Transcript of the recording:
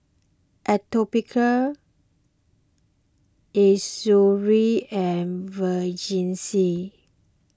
Atopiclair Eucerin and Vagisil